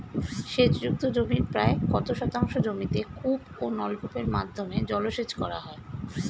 সেচ যুক্ত জমির প্রায় কত শতাংশ জমিতে কূপ ও নলকূপের মাধ্যমে জলসেচ করা হয়?